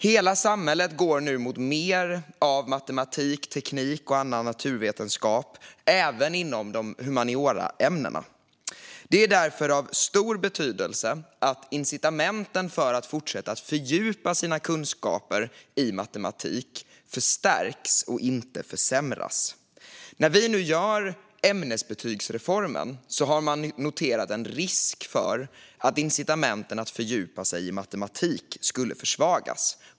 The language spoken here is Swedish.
Hela samhället går nu mot mer av matematik, teknik och annan naturvetenskap, även inom humanioraämnena. Det är därför av stor betydelse att incitamenten att fortsätta att fördjupa sina kunskaper i matematik förstärks och inte försvagas. När vi nu genomför ämnesbetygsreformen har man noterat en risk för att incitamenten att fördjupa sig i matematik försvagas.